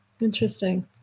Interesting